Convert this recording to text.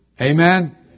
Amen